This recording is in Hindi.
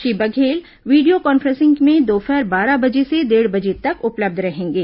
श्री बघेल वीडियो कॉन्फ्रेंसिंग में दोपहर बारह बजे से डेढ़ बजे तक उपलब्ध रहेंगे